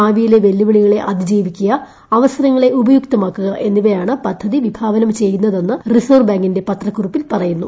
ഭാവിയിലെ വെല്ലുവിളികളെ അതിജീവിക്കുക അവസരങ്ങളെ ഉപയുക്തമാക്കുക എന്നിവയാണ് പദ്ധതി വിഭാനം ചെയ്യുന്നതെന്ന് റിസർവ് ബാങ്കിന്റെ പത്രക്കുറിപ്പിൽ പറയുന്നു